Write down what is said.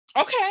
Okay